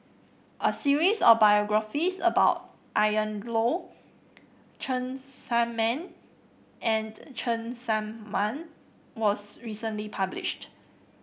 a series of biographies about Ian Loy Cheng Tsang Man and Cheng Tsang Man was recently published